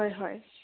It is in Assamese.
হয় হয়